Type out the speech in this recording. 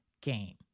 game